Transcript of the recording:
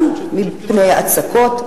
גם מפני הצקות,